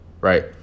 right